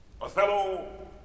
Othello